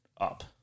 up